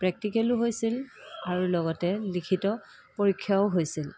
প্ৰেক্টিকেলো হৈছিল আৰু লগতে লিখিত পৰীক্ষাও হৈছিল